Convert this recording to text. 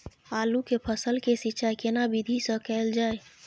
आलू के फसल के सिंचाई केना विधी स कैल जाए?